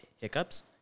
hiccups